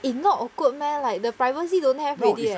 is not awkward meh like the privacy don't have already eh